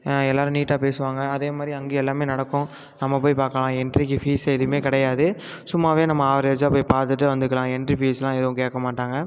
எல்லோரும் நீட்டாக பேசுவாங்க அதேமாதிரி அங்கேயும் எல்லாமே நடக்கும் நம்ம போய் பார்க்கலாம் என்ட்ரிக்கு ஃபீஸ் எதுவுமே கிடையாது சும்மாவே நம்ம ஆவரேஜாக போய் பார்த்துட்டு வந்துக்கலாம் என்ட்ரி ஃபீஸ்ஸெலாம் எதுவும் கேட்க மாட்டாங்க